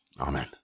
Amen